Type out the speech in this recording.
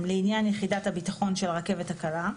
יש פנייה של שירות הביטחון הכללי להכניס את רשות ניירות ערך לחוק,